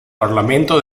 parlamento